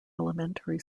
elementary